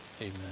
Amen